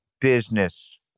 business